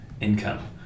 income